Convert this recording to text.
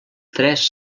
tres